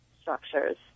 structures